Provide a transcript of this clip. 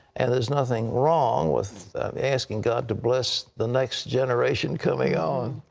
and there's nothing wrong with asking god to bless the next generation coming on.